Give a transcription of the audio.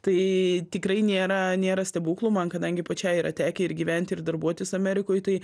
tai tikrai nėra nėra stebuklų man kadangi pačiai yra tekę ir gyventi ir darbuotis amerikoj tai